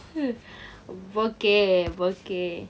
okay okay